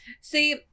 See